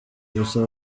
gusa